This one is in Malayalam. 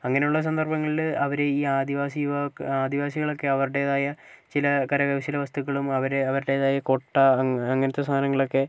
അങ്ങനെയുള്ള സന്ദർഭങ്ങളിൽ അവർ ഈ ആദിവാസി ആദിവാസികളൊക്കെ അവരുടേതായ ചില കരകൗശല വസ്തുക്കളും അവർ അവരുടേതായ കൊട്ട അങ്ങനത്തെ സാധനങ്ങളൊക്കെ